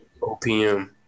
OPM